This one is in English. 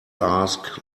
ask